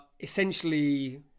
essentially